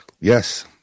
Yes